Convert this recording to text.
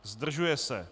Zdržuje se.